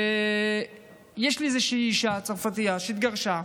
יש לי איזושהי אישה צרפתייה שהתגרשה,